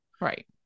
right